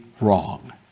wrong